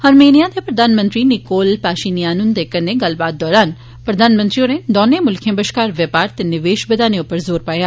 आर्मीनियां दे प्रधानमंत्री Nikol Pashinyan हुन्दे कन्नै गल्लबात दौरान प्रधानमंत्री होरें दौनें मुल्खें बश्कार बपार ते निवेश बघाने उप्पर जोर पाया